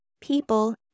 people